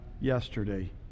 yesterday